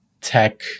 tech